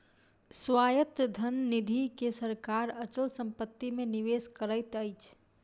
स्वायत्त धन निधि के सरकार अचल संपत्ति मे निवेश करैत अछि